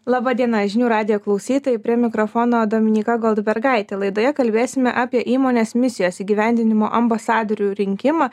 laba diena žinių radijo klausytojai prie mikrofono dominyka goldbergaitė laidoje kalbėsime apie įmonės misijos įgyvendinimo ambasadorių rinkimą